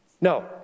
no